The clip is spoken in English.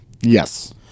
Yes